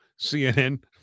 CNN